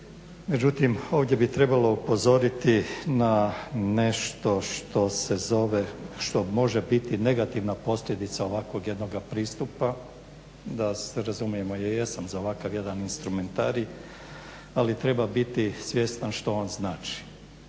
Međutim, ovdje bi trebalo upozoriti na nešto što se zove, što može biti negativna posljedica ovakvog jednog pristupa. Da se razumijemo, ja jesam za ovakav jedan instrumentarij ali treba biti svjestan što on znači.